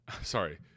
sorry